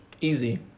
Easy